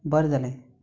बर जालें